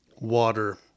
Water